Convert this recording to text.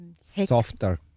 softer